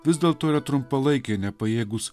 vis dėlto yra trumpalaikiai nepajėgūs